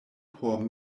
por